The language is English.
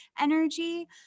energy